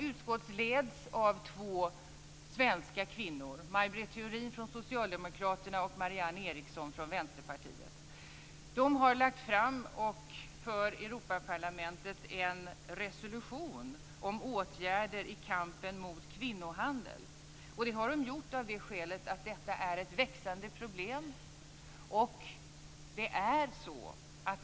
Utskottet leds av två svenska kvinnor, Maj Britt Theorin från Socialdemokraterna och Marianne Eriksson från Vänsterpartiet. De har för Europaparlamentet lagt fram en resolution om åtgärder i kampen mot kvinnohandel. Det har de gjort av det skälet att detta är ett växande problem.